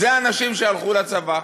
אלה הנשים שהלכו לצבא.